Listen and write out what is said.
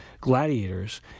gladiators